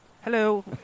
Hello